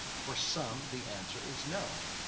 for some, the answer is no.